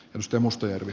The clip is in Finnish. musta mustajärvi